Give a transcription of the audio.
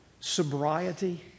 sobriety